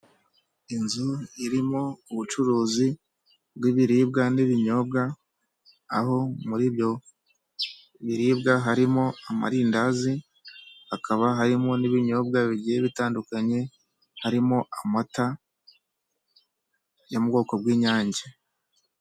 Inzu irimo ubucuruzi bw'ibiribwa n'ibinyobwa aho muri byo biribwa harimo amarindazi hakaba harimo n'ibinyobwa bigiye bitandukanye harimo amata yo mu bwoko bw'inyange.